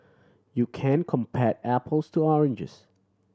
you can't compare apples to oranges